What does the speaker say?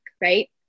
right